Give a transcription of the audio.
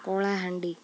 Kalahandi